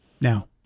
now